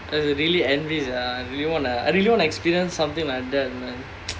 I really envy sia I really want to I really want to experience something like that man